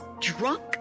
drunk